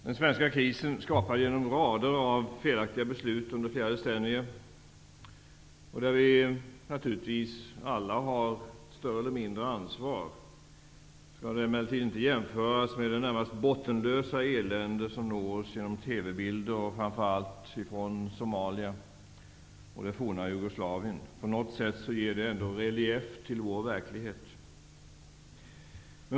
Den svenska krisen som skapades genom rader av felaktiga beslut under flera decennier -- vi har naturligtvis alla större eller mindre ansvar för den -- skall inte jämföras med det närmast bottenlösa elände som når oss genom TV-bilder från framför allt Somalia och det forna Jugoslavien. På något sätt ger det ändå relief åt vår verklighet.